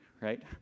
Right